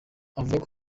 avuga